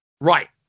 Right